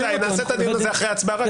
נעשה את הדיון הזה אחרי ההצבעה.